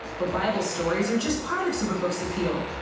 but bible stories are just part of superbook's appeal.